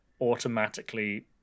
automatically